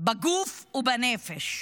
בגוף ובנפש.